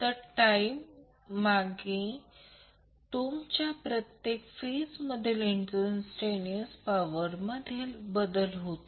तर टाइम माणे तुमच्या प्रत्येक फेज मधील इंस्टंटटेनियर्स पॉवरमध्ये बदल होते